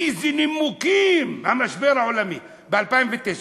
איזה נימוקים, המשבר העולמי ב-2009.